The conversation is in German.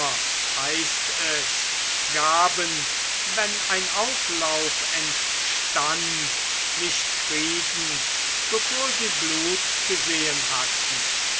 heißt es gaben wenn ein auflauf entstand nicht frieden bevor sie blut gesehen hatten